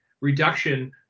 reduction